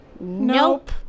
Nope